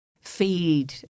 feed